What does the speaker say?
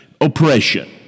oppression